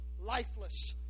lifeless